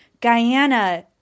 Guyana